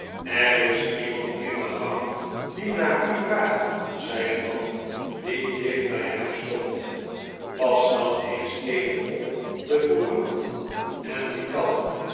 er is iemand in de gang die naar u vraagt zei een man die dicht bij hem stond pas dan eens even op de courant en die kan